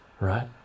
right